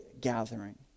gathering